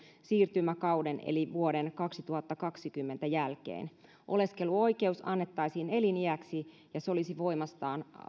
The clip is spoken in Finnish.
siirtymäkauden eli vuoden kaksituhattakaksikymmentä jälkeen oleskeluoikeus annettaisiin eliniäksi ja se olisi voimassa